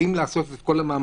חייבים לעשות את כל המאמצים,